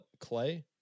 clay